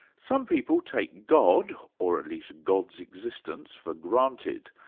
some people take god, or at least god's existence, for granted.